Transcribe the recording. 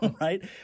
right